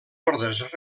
ordes